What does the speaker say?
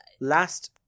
Last